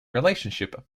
relationship